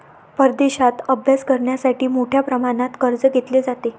परदेशात अभ्यास करण्यासाठी मोठ्या प्रमाणात कर्ज घेतले जाते